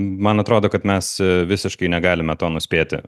man atrodo kad mes visiškai negalime to nuspėti